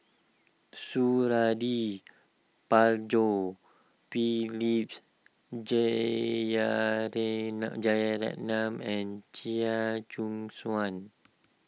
Suradi Parjo P lips Jeyaretnam Jeyaretnam and Chia Choo Suan